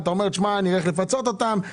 אתה אומר: אלך לפצות אותם.